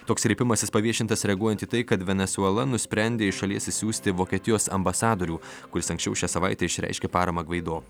toks kreipimasis paviešintas reaguojant į tai kad venesuela nusprendė iš šalies išsiųsti vokietijos ambasadorių kuris anksčiau šią savaitę išreiškė paramą gvaido